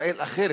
ישראל אחרת,